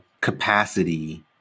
capacity